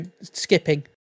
skipping